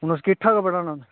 हून अस किट्ठा गै पढ़ाना